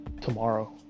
tomorrow